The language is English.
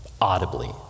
Audibly